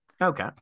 Okay